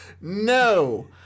No